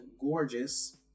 gorgeous